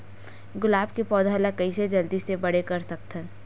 गुलाब के पौधा ल कइसे जल्दी से बड़े कर सकथन?